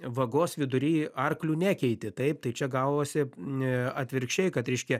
vagos vidury arklių nekeiti taip tai čia gavosi atvirkščiai kad reiškia